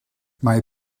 mae